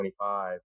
25